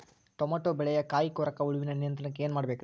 Tomato ಬೆಳೆಯ ಕಾಯಿ ಕೊರಕ ಹುಳುವಿನ ನಿಯಂತ್ರಣಕ್ಕ ಏನ್ ಮಾಡಬೇಕ್ರಿ?